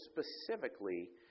specifically